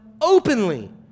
openly